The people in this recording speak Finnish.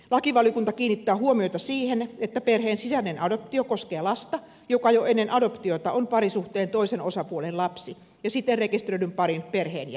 lakivaliokunta kiinnittää huomiota siihen että perheen sisäinen adoptio koskee lasta joka jo ennen adoptiota on parisuhteen toisen osapuolen lapsi ja siten rekisteröidyn parin perheenjäsen